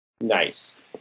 nice